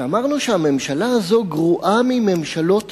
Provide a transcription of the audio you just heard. כשאמרנו שהממשלה הזאת גרועה מממשלות